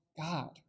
God